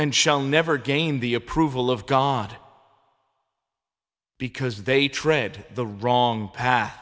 and shall never gain the approval of god because they tread the wrong path